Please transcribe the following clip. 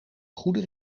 goede